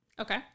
Okay